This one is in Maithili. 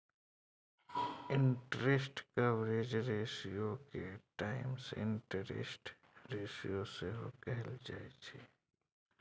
इंटरेस्ट कवरेज रेशियोके टाइम्स इंटरेस्ट रेशियो सेहो कहल जाइत छै